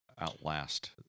outlast